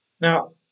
Now